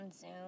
zoom